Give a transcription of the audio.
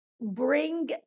bring